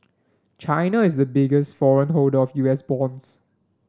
China is a biggest foreign holder of U S bonds